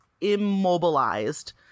immobilized